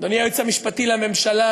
אדוני היועץ המשפטי לממשלה,